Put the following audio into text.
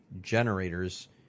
generators